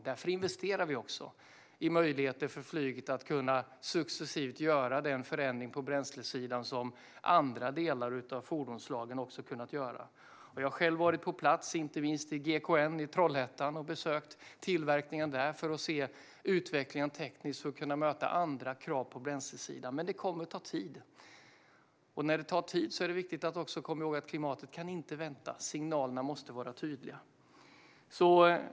Därför investerar vi också i möjligheter för flyget att successivt kunna genomföra den förändring på bränslesidan som andra delar av fordonsslagen har kunnat göra. Jag har själv varit på plats - inte minst på GKN i Trollhättan - och besökt tillverkningen där för att se den tekniska utvecklingen för hur man ska kunna möta andra krav på bränslesidan, men det kommer att ta tid. När det tar tid är det viktigt att komma ihåg att klimatet inte kan vänta. Signalerna måste vara tydliga.